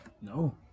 no